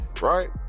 right